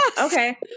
okay